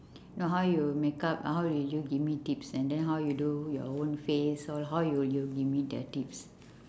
no how you makeup and how will you give me tips and then how you do your own face or how will you give me the tips